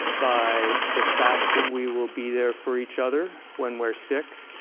by the fact that we will be there for each other when we're sick,